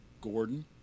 Gordon